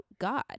God